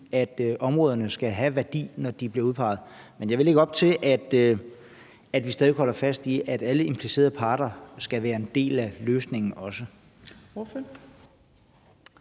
at områderne skal have værdi, når de bliver udpeget. Men jeg vil lægge op til, at vi stadig væk holder fast i, at alle implicerede parter skal være en del af løsningen også.